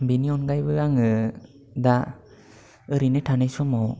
बेनि अनगायैबो आङो दा ओरैनो थानाय समाव